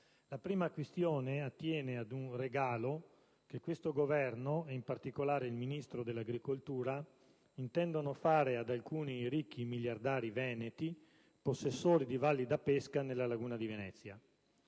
La prima questione attiene ad un regalo che questo Governo ed in particolare il Ministro dell'agricoltura intendono fare ad alcuni ricchi miliardari veneti, possessori di valli da pesca nella laguna di Venezia.